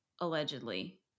Allegedly